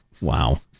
Wow